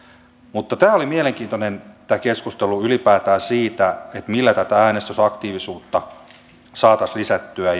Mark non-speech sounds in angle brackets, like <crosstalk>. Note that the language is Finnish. mutta mielenkiintoinen oli tämä keskustelu ylipäätään siitä millä tätä äänestysaktiivisuutta saataisiin lisättyä <unintelligible>